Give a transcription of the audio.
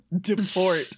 deport